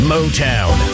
Motown